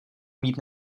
mít